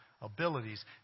abilities